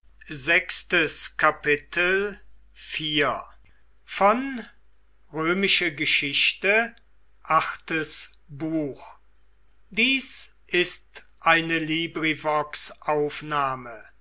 sind ist eine